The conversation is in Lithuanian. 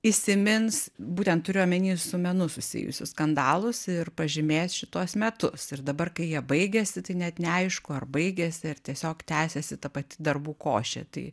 įsimins būtent turiu omeny su menu susijusius skandalus ir pažymės šituos metus ir dabar kai jie baigėsi tai net neaišku ar baigėsi ar tiesiog tęsiasi ta pati darbų košė tai